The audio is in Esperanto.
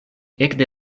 ekde